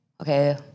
okay